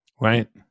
Right